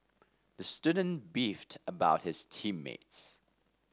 the student beefed about his team mates